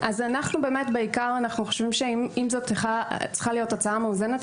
אנחנו בעיקר חושבים שאם זאת צריכה להיות הצעה מאוזנת,